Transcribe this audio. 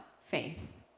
faith